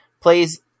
plays